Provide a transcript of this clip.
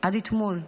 עד אתמול.